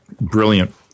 brilliant